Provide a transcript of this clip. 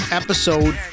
episode